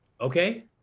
Okay